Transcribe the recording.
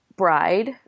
Bride